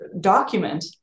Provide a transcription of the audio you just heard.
document